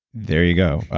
there you go.